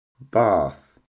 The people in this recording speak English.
Bath